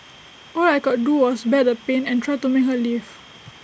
all I could do was bear the pain and try to make her leave